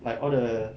like all the